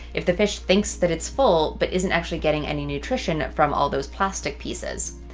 if the fish thinks that it's full but isn't actually getting any nutrition from all those plastic pieces.